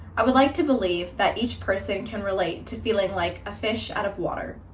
i would like to believe that each person can relate to feeling like a fish out of water.